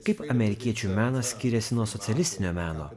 kaip amerikiečių menas skiriasi nuo socialistinio meno